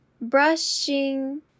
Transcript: brushing